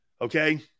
Okay